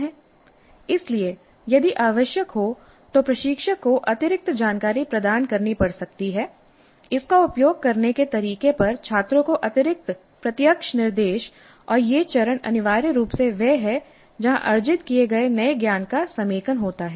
इसलिए यदि आवश्यक हो तो प्रशिक्षक को अतिरिक्त जानकारी प्रदान करनी पड़ सकती है इसका उपयोग करने के तरीके पर छात्रों को अतिरिक्त प्रत्यक्ष निर्देश और यह चरण अनिवार्य रूप से वह है जहां अर्जित किए गए नए ज्ञान का समेकन होता है